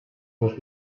los